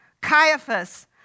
Caiaphas